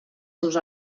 seus